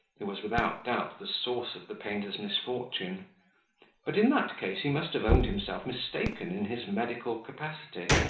who was, without doubt, the source of the painter's misfortune but, in that case, he must have owned himself mistaken in his medical capacity,